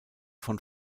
von